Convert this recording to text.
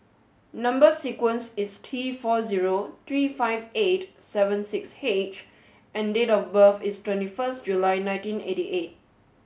number sequence is T four zero three five eight seven six H and date of birth is twenty first July nineteen eighty eight